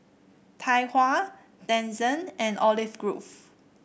Tai Hua Denizen and Olive Grove